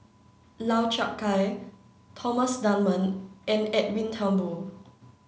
Lau Chiap Khai Thomas Dunman and Edwin Thumboo